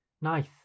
nice